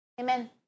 Amen